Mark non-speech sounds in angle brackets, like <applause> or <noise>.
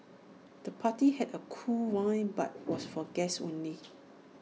the party had A cool vibe but was <noise> for guests only